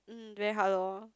mm very hard loh